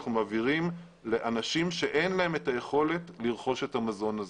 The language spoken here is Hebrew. אנחנו מעבירים לאנשים שאין להם את היכולת לרכוש את המזון הזה.